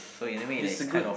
so in a way that is kind of